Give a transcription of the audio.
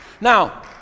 Now